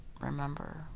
remember